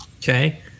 Okay